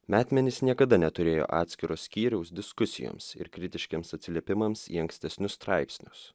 metmenys niekada neturėjo atskiro skyriaus diskusijoms ir kritiškiems atsiliepimams į ankstesnius straipsnius